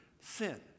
sin